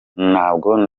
ntabwo